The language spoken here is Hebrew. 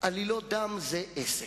עלילות דם זה עסק.